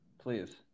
Please